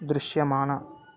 దృశ్యమాన